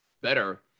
better